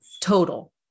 total